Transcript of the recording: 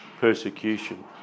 persecution